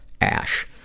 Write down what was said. Ash